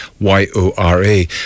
Y-O-R-A